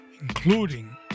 including